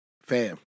Fam